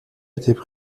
étaient